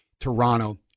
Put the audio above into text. Toronto